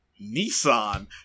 Nissan